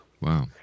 Wow